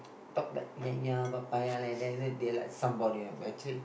talk like ya ya papaya like that then are like somebody but actually